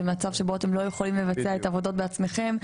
במצב שבו אתם לא יכולים לבצע את עבודות בעצמכם.